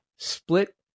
Split